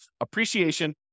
appreciation